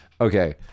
Okay